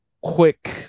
quick